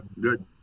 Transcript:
Good